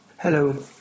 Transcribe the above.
Hello